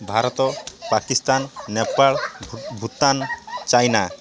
Bharat Pakistan Nepal Bhutan China